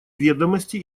ведомости